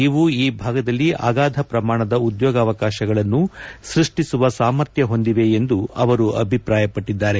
ಇವು ಈ ಭಾಗದಲ್ಲಿ ಅಗಾಧ ಪ್ರಮಾಣದ ಉದ್ಯೋಗವಕಾಶಗಳನ್ನು ಸೃಷ್ಟಿಸುವ ಸಾಮರ್ಥ್ಚ ಹೊಂದಿವೆ ಎಂದು ಅವರು ಅಭಿಪ್ರಾಯಪಟ್ಟಿದ್ದಾರೆ